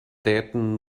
städten